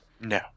No